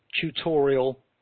tutorial